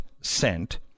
sent